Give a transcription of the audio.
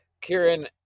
Kieran